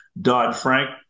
Dodd-Frank